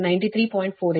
58100 ಆದ್ದರಿಂದ 93